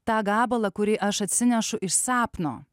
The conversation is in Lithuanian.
tą gabalą kurį aš atsinešu iš sapno